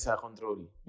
control